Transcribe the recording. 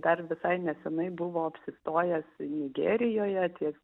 dar visai nesenai buvo apsistojęs nigerijoje tiek